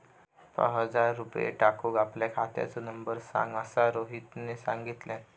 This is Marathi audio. पाच हजार रुपये टाकूक आपल्या खात्याचो नंबर सांग असा रोहितने सांगितल्यान